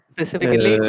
Specifically